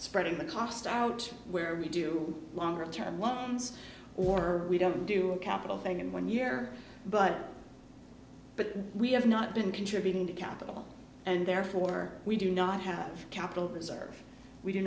spreading the cost out where we do longer term loans or we don't do a capital thing in one year but but we have not been contributing to capital and therefore we do not have capital reserve we do